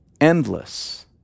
endless